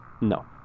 No